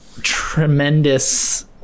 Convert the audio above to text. tremendous